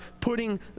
putting